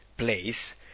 place